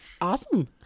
awesome